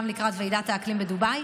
גם לקראת ועידת האקלים בדובאי.